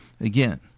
Again